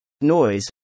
Noise